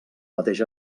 mateix